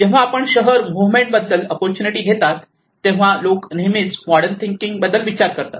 जेव्हा आपण शहर मुव्हमेंट बद्दल अपॉर्च्युनिटी घेता तेव्हा लोक नेहमीच मॉडर्न थिंकिंग बद्दल विचार करतात